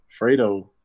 Fredo